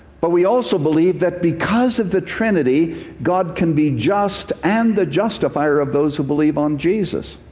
but we also believe that because of the trinity god can be just and the justifier of those who believe on jesus.